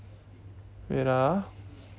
wait ah